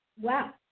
Wow